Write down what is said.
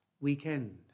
weekend